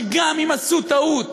שגם אם הם עשו טעות